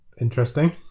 interesting